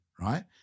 right